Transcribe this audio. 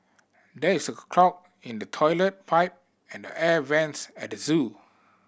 there is a clog in the toilet pipe and the air vents at the zoo